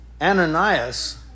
Ananias